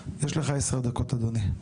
יש לך עשר דקות, אדוני.